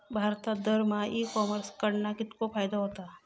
भारतात दरमहा e commerce कडणा कितको फायदो होता?